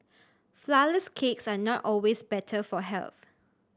flourless cakes are not always better for health